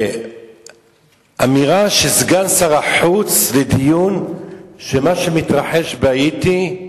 אמירה של סגן שר החוץ לדיון של מה שמתרחש בהאיטי,